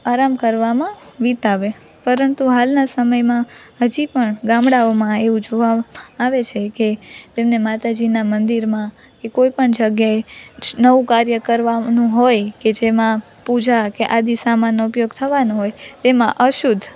આરામ કરવામાં વિતાવે પરંતુ હાલના સમયમાં હજી પણ ગામડાઓમાં એવું જોવામાં આવે છે કે તેમને માતાજીના મંદિરમાં કે કોઈપણ જગ્યાએ નવું કાર્ય કરવાનું હોય કે જેમાં પૂજા કે આદિ સામાનનો ઉપયોગ થવાનો હોય તેમાં અશુદ્ધ